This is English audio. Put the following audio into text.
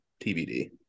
tbd